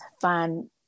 find